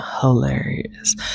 hilarious